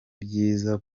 byiza